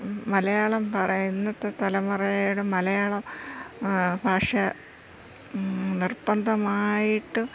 മലയാളം പറയുക ഇന്നത്തെ തലമുറയുടെ മലയാളം ഭാഷ നിർബന്ധമായിട്ട്